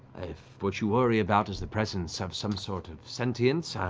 if what you worry about is the presence of some sort of sentience, ah